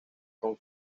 con